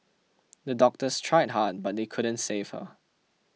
the doctors tried hard but they couldn't save her